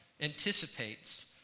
anticipates